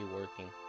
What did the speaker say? working